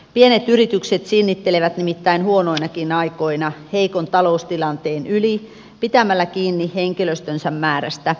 pienet yritykset sinnittelevät nimittäin huonoinakin aikoina heikon taloustilanteen yli pitämällä kiinni henkilöstönsä määrästä